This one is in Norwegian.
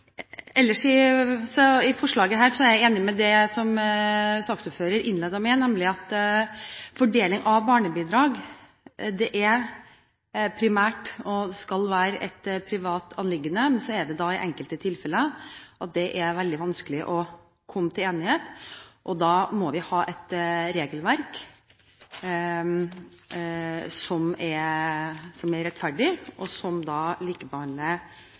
Ellers når det gjelder dette forslaget, er jeg enig i det som saksordføreren innledet med, nemlig at fordeling av barnebidrag primært skal være et privat anliggende. Men i enkelte tilfeller er det veldig vanskelig å komme til enighet. Da må vi ha et regelverk som er rettferdig, og som likebehandler begge foreldre. Vi behandler nå et Dokument 8-forslag som